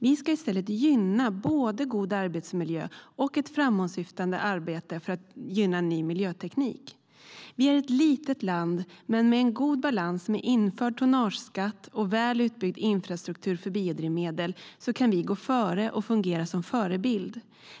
Vi ska i stället gynna både god arbetsmiljö och ett framåtsyftande arbete för att främja ny miljöteknik. Vi är ett litet land, men med en god balans med införd tonnageskatt och en väl utbyggd infrastruktur för biodrivmedel kan vi gå före och fungera som förebild.